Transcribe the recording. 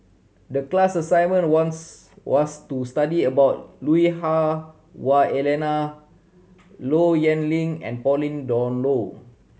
the class assignment wants was to study about Lui Hah Wah Elena Low Yen Ling and Pauline Dawn Loh